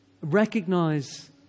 recognize